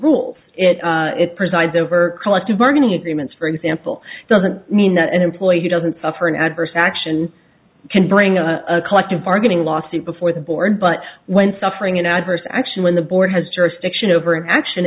rules it presides over collective bargaining agreements for example doesn't mean that an employee who doesn't suffer an adverse action can bring a collective bargaining lawsuit before the board but when suffering an adverse action when the board has jurisdiction over action